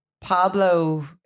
Pablo